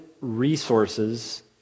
resources